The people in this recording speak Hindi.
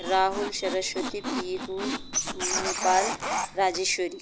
राहुल सरस्वती पीहू महिपाल राजेश्वरी